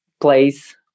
place